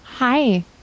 Hi